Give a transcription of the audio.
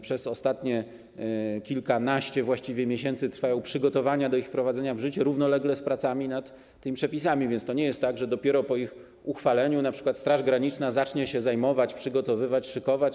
Przez ostatnie właściwie kilkanaście miesięcy trwają przygotowania do ich wprowadzenia w życie, prowadzone równolegle z pracami nad tymi przepisami, więc to nie jest tak, że dopiero po ich uchwaleniu np. Straż Graniczna zacznie tym się zajmować, przygotowywać to, szykować.